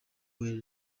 were